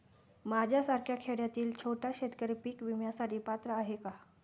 माझ्यासारखा खेड्यातील छोटा शेतकरी पीक विम्यासाठी पात्र आहे का?